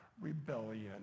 rebellion